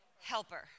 helper